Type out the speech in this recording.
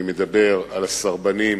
אני מדבר על סרבנים